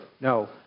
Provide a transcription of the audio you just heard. no